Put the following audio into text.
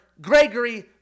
Gregory